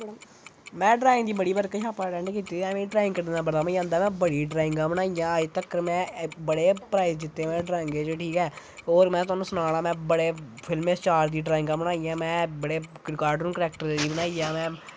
में ड्राईंग दियां बड़ियां बर्कशापां अटैंड कीती दियां मिगी ड्राईंग करने दा बड़ा मज़ा आंदा में बड़ी ड्राईंगां बनाइयां अज तक बड़े प्राईज़ जित्ते में अज्ज तक ड्राईंगें च ठीक ऐ और में तोहानू सनान्ना में बड़े फिल्म स्टार दी ड्राईंगां बनाईयां में बड़े रिकार्डर करैक्टरें दियां बनाईयां में